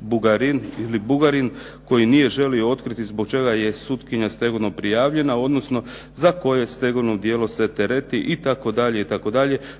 Bugarin koji nije želio otkriti zbog čega je sutkinja stegovno prijavljena, odnosno za koje je stegovno djelo se tereti" itd.